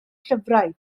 llyfrau